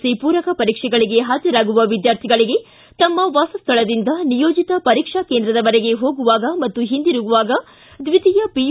C ಪೂರಕ ಪರೀಕ್ಷೆಗಳಿಗೆ ಹಾಜರಾಗುವ ವಿದ್ಯಾರ್ಥಿಗಳಿಗೆ ತಮ್ಮ ವಾಸಸ್ವಳದಿಂದ ನಿಯೋಜಿತ ಪರೀಕ್ಷಾ ಕೇಂದ್ರದವರೆಗೆ ಹೋಗುವಾಗ ಮತ್ತು ಹಿಂದಿರುಗುವಾಗ ದ್ವೀತಿಯ ಪಿ